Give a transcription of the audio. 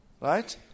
Right